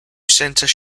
centre